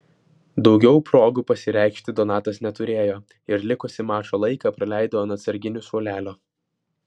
daugiau progų pasireikšti donatas neturėjo ir likusį mačo laiką praleido ant atsarginių suolelio